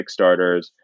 kickstarters